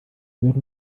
wäre